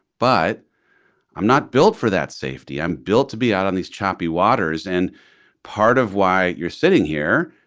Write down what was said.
but i'm not built for that safety. i'm built to be out on these choppy waters. and part of why you're sitting here.